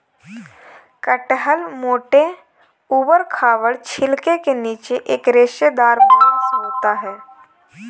कटहल मोटे, ऊबड़ खाबड़ छिलके के नीचे एक रेशेदार मांस होता है